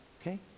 Okay